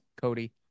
Cody